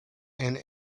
and